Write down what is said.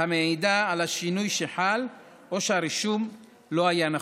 המעידה על השינוי שחל או שהרישום לא היה נכון.